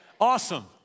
Awesome